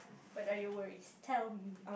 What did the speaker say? what are your worry tell me